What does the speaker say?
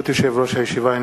אם כך, אני